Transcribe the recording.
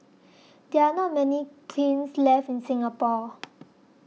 there are not many kilns left in Singapore